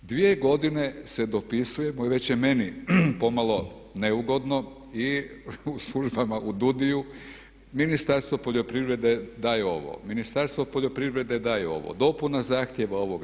Dvije godine se dopisujemo i već je meni pomalo neugodno i u službama u DUUDI-ju, Ministarstvo poljoprivrede daj ovo, Ministarstvo poljoprivrede daj ovo, dopuna zahtjeva ovoga.